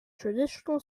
traditional